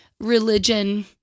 religion